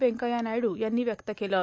व्यंकय्या नायडू यांनी व्यक्त केलं आहे